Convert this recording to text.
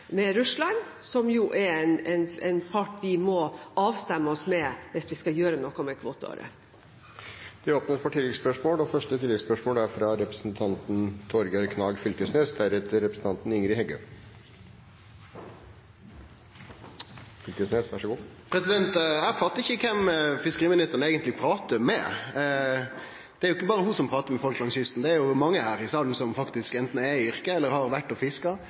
som jo er en part vi må avstemme oss med hvis vi skal gjøre noe med kvoteåret. Eg fattar ikkje kven fiskeriministeren eigentleg pratar med. Det er jo ikkje berre ho som pratar med folk langs kysten, det er mange her i salen som faktisk anten er i yrket eller har vore og fiska,